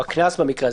או הקנס.